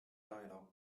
dialog